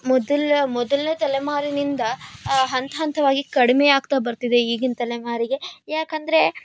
ಮೊದಲ ಮೊದಲನೇ ತಲೆಮಾರಿನಿಂದ ಹಂತ ಹಂತವಾಗಿ ಕಡಿಮೆ ಆಗ್ತ ಬರ್ತಿದೆ ಈಗಿನ ತಲೆಮಾರಿಗೆ ಯಾಕಂದರೆ